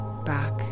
back